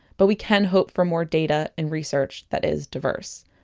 but we can hope for more data and research that is diverse